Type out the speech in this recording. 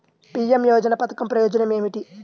PM యోజన పధకం ప్రయోజనం ఏమితి?